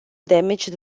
damaged